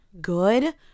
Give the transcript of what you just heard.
good